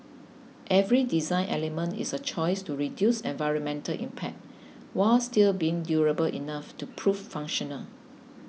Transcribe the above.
every design element is a choice to reduce environmental impact while still being durable enough to prove functional